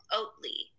oatly